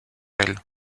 elles